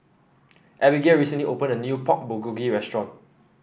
Abigale recently opened a new Pork Bulgogi Restaurant